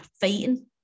fighting